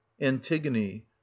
antigone